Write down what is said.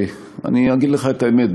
אני אגיד לך את האמת,